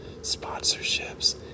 sponsorships